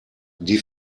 die